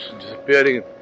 disappearing